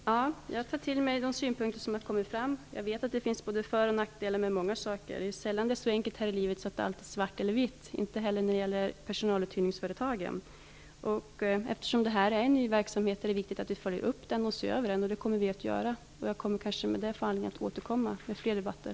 Herr talman! Jag tar till mig de synpunkter som har kommit fram. Jag vet att det finns både för och nackdelar med många saker. Det är ju sällan som det är så enkelt här i livet att allt endera är svart eller också vitt - inte heller när det gäller personaluthyrningsföretagen är det så enkelt. Eftersom det handlar om en ny verksamhet är det viktigt att vi följer upp den och att vi ser över den. Det kommer vi också att göra. Jag får kanske därmed anledning att återkomma i fler debatter.